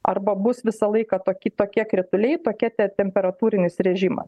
arba bus visą laiką toki tokie krituliai tokia te temperatūrinis režimas